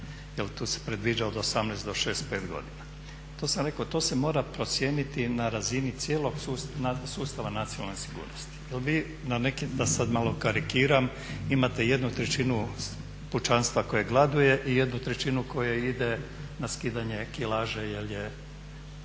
tu se predviđa od 18 do 65 godina. To sam rekao, to se mora procijeniti na razini sustava nacionalne sigurnosti. Da sad malo karikiram, imate 1/3 pučanstva koje gladuje i 1/3 koje ide na skidanje kilaže jer je